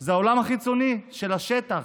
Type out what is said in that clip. זה העולם החיצוני של השטח.